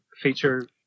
feature